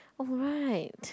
alright